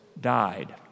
died